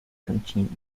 continued